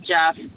Jeff